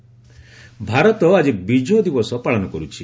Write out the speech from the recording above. ବିଜୟ ଦିବସ ଭାରତ ଆଜି ବିଜୟ ଦିବସ ପାଳନ କରୁଛି